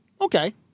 okay